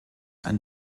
ein